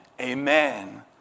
Amen